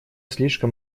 слишком